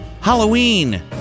Halloween